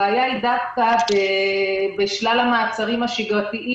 הבעיה היא דווקא בשלל המעצרים השגרתיים.